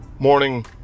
Morning